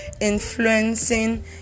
influencing